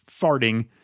farting